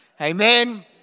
amen